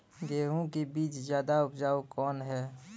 गेहूँ के बीज ज्यादा उपजाऊ कौन है?